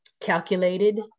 calculated